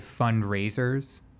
fundraisers